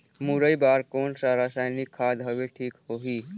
मुरई बार कोन सा रसायनिक खाद हवे ठीक होही?